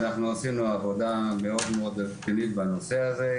אנחנו עשינו עבודה מאוד מאוד עדכנית בנושא הזה,